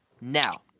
now